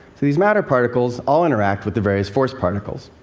these matter particles all interact with the various force particles.